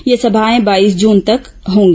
ये सभाएं बाईस जून तक होंगी